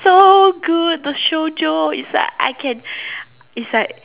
so good the shoujo it's like I can it's like